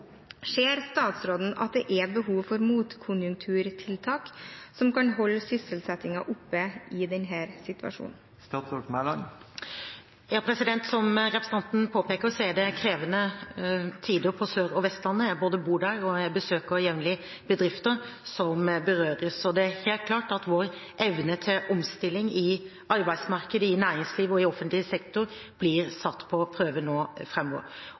Ser statsråden at det er et stort behov for motkonjunkturtiltak som kan holde sysselsettingen oppe i denne situasjonen?» Som representanten påpeker, er det krevende tider på Sørlandet og Vestlandet. Jeg både bor der og besøker jevnlig bedrifter som berøres. Det er helt klart at vår evne til omstilling i arbeidsmarkedet, i næringslivet og i offentlig sektor blir satt på prøve nå